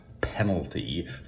penalty